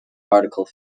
particle